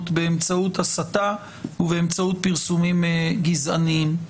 באמצעות הסתה ובאמצעות פרסומים גזעניים.